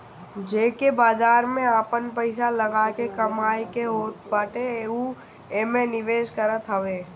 जेके बाजार में आपन पईसा लगा के कमाए के होत बाटे उ एमे निवेश करत हवे